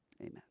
amen